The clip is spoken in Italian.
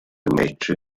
match